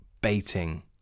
baiting